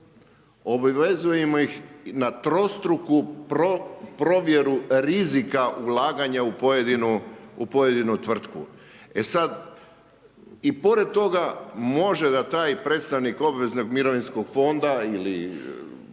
Obvezujemo ih na trostruku provjeru rizika ulaganja u pojedinu tvrtku. E sad, i pored toga može da taj predstavnik obveznog mirovinskog fonda ili